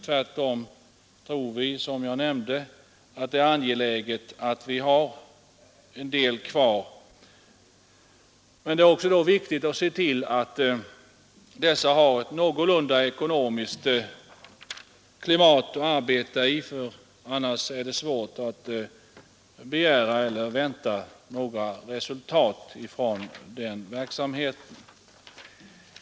Tvärtom tror vi, som jag nämnde, att det är angeläget att behålla en del av dessa skolor. Men det är då också viktigt att se till, att de har ett någorlunda gott ekonomiskt klimat att arbeta i, för annars är det svårt att vänta några resultat.